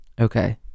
Okay